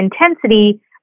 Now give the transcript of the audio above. intensity